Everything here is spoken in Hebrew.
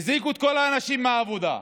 הזעיקו את כל האנשים מהעבודה,